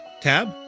Tab